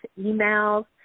emails